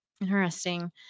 Interesting